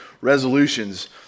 resolutions